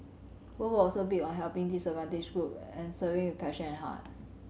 both were also big on helping disadvantaged group and serving with passion and heart